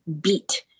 beat